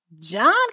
John